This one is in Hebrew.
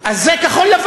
אז זה כחול-לבן.